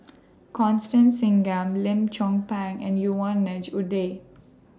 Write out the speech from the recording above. Constance Singam Lim Chong Pang and Yvonne Ng Uhde